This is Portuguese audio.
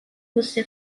você